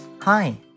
Hi